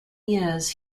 years